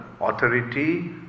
authority